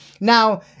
Now